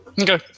Okay